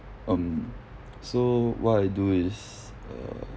um so what I do is err